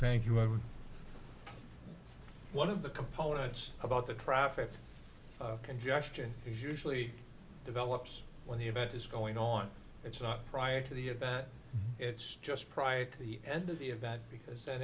thank you ever one of the components about the traffic congestion is usually develops when the event is going on it's not prior to the a bat it's just prior to the end of the event because then